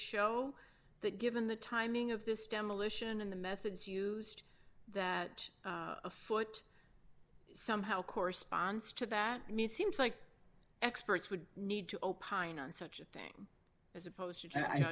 show that given the timing of this demolition and the methods used that a foot somehow corresponds to that means seems like experts would need to opine on such a thing as opposed to i